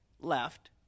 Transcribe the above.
left